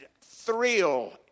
thrill